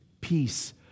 peace